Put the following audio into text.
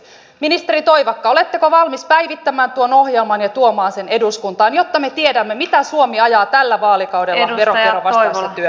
ministeri toivakka oletteko valmis päivittämään tuon ohjelman ja tuomaan sen eduskuntaan jotta me tiedämme mitä suomi ajaa tällä vaalikaudella veronkierron vastaisessa työssä